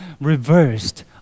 reversed